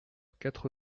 quatre